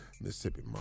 Mississippi